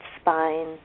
spine